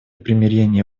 примирения